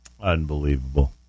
unbelievable